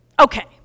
Okay